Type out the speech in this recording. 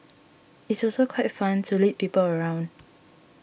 it's also quite fun to lead people around